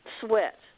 sweat